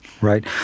Right